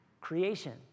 Creation